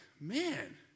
man